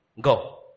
Go